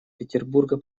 петербурга